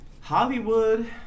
Hollywood